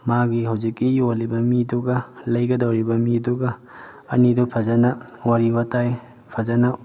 ꯃꯥꯒꯤ ꯍꯧꯖꯤꯛꯀꯤ ꯌꯣꯜꯂꯤꯕ ꯃꯤꯗꯨꯒ ꯂꯩꯒꯗꯧꯔꯤꯕ ꯃꯤꯗꯨꯒ ꯑꯅꯤꯗꯨ ꯐꯖꯅ ꯋꯥꯔꯤ ꯋꯥꯇꯥꯏ ꯐꯖꯅ